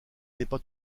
n’est